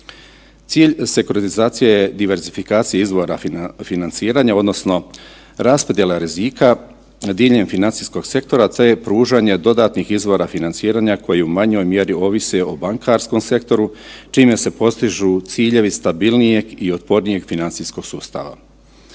Cilj sekuritizacije je diversifikacija izvora financiranja odnosno raspodjela rizika diljem financijskog sektora te pružanje dodatnih izvora financiranja koja u manjoj mjeri ovise o bankarskom sektoru, čime se postižu ciljevi stabilnijeg i otpornijeg financijskog sustava.